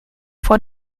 vor